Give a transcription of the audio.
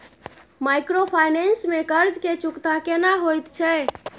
Microfinance में कर्ज के चुकता केना होयत छै?